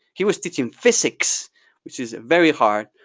he was teaching physics which is very hard,